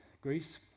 Greece